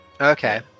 Okay